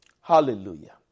Hallelujah